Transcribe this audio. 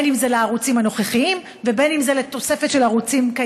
אם לערוצים הנוכחיים ואם לתוספת של ערוצים.